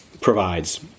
provides